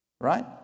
Right